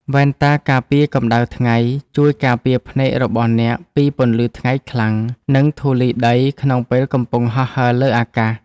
វ៉ែនតាការពារកម្ដៅថ្ងៃជួយការពារភ្នែករបស់អ្នកពីពន្លឺថ្ងៃខ្លាំង និងធូលីដីក្នុងពេលកំពុងហោះហើរលើអាកាស។